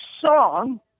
song